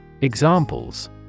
examples